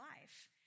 life